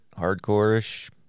hardcore-ish